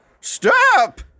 Stop